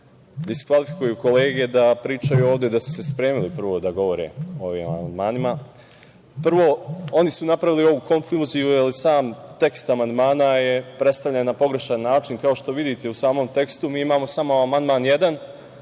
diskvalifikuju kolege da pričaju ovde da su se spremili prvo da govore o ovim amandmanima. Prvo, oni su napravili ovu konfuziju, jer sam tekst amandmana je predstavljen na pogrešan način. Kao što vidite u samom tekstu, mi imamo samo amandman